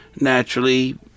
naturally